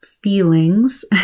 feelings